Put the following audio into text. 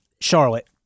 Charlotte